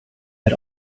had